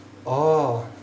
oh